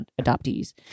adoptees